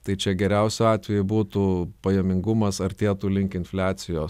tai čia geriausiu atveju būtų pajamingumas artėtų link infliacijos